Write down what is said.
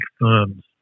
firms